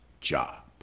job